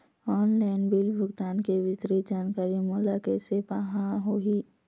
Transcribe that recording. Online bill भुगतान के विस्तृत जानकारी मोला कैसे पाहां होही?